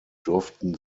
durften